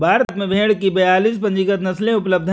भारत में भेड़ की बयालीस पंजीकृत नस्लें उपलब्ध हैं